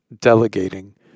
delegating